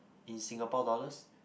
in Singapore dollars